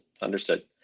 understood